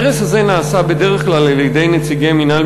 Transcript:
ההרס הזה נעשה בדרך כלל על-ידי נציגי מינהל